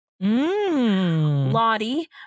Lottie